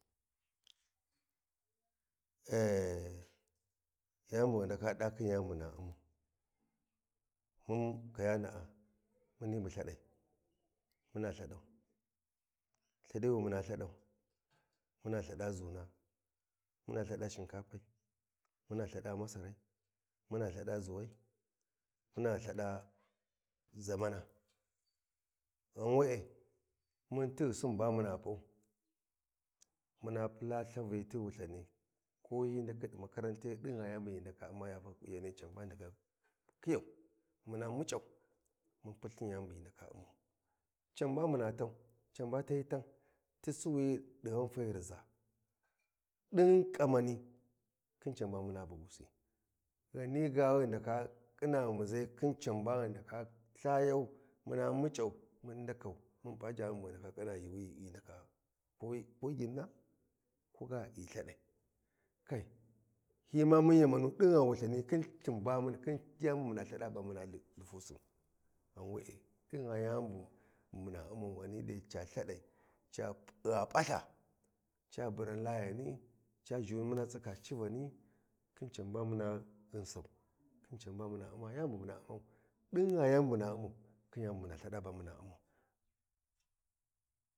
Eh yani bu ghi ndaka ɗa khin yani bu muna ummau kayana’a muni bu lthaɗai muna lthaɗau lthaɗi wi muna lthaɗau, muna lthaɗa zuna muna lthad’a shinkafai muna lthaɗa madarai muna lthaɗa ʒuwai muna lthaɗa zamana ghen we’e mun tighisin ba muna pau, muna pula ithavi ti wulthani ko hyi ndakhi ɗi makarantai ɗin yani bu hyi ndaka umma ya fakau kunyani can ba ghi ndaka kiyau muna muc’a’u mun Pulthin yani bu hyi ndaka Ummau can ba muna tau can ba ti tahyiyi tan ti suwiyi ɗi ghanfai rizz. Ɗin ƙamani khin can ba muna bughu si. Ghani ga ghi ndaka ƙhina muʒai khin can ba ghi ndaka lthayau munamuchau mun ndaka mun pa jani bu ghi ndaka ƙhina yuuwi ghi ghu ndaka ko ginna ko ga ghi lthaɗai, kai hyi ma mun yamann ɗin gha Wulthani khin lthin ba khin yani bu muna lthaɗa ba muma lthifusin gha w’e ɗin gha yani bu muna ummau ghani dai ca lthaɗai ca gha paltha ca baran layani ca ghuni muna tsika civani khican ba muna gyisau khin can ba muna umma yani bu muna ummau ɗin gha yani bu muna ummau kgin yani bu muna lthaɗa ba muna ummau.